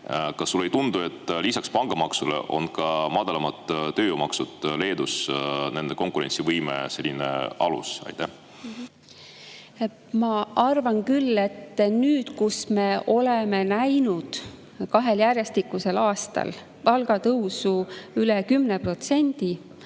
Kas sulle ei tundu, et lisaks pangamaksule on ka madalamad tööjõumaksud Leedus nende konkurentsivõime alus? Ma arvan küll, et nüüd, kui me oleme näinud kahel järjestikusel aastal palgatõusu üle 10%,